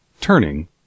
Turning